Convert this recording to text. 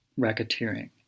racketeering